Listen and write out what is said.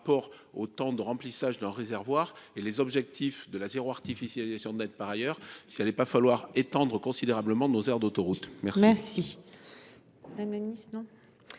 au temps de remplissage d'un réservoir et les objectifs de la zéro artificialisation nette par ailleurs si elle est pas falloir étendre considérablement nos aires d'autoroute. Merci.